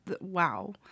wow